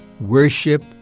worship